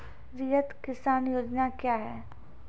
रैयत किसान योजना क्या हैं?